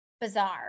bizarre